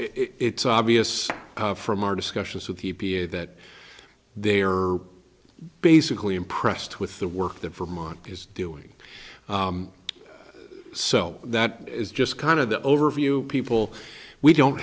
it's obvious from our discussions with e p a that they are basically impressed with the work that vermont is doing so that is just kind of the overview people we don't